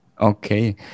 Okay